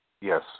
Yes